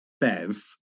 Bev